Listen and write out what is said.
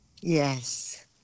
Yes